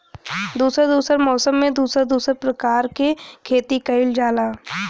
दुसर दुसर मौसम में दुसर दुसर परकार के खेती कइल जाला